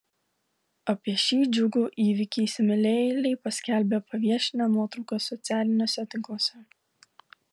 apie šį džiugų įvykį įsimylėjėliai paskelbė paviešinę nuotraukas socialiniuose tinkluose